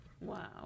wow